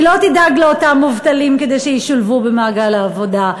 היא לא תדאג לאותם מובטלים כדי שישולבו במעגל העבודה,